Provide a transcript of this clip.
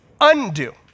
undo